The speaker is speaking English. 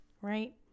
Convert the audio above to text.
right